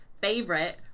favorite